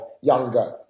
younger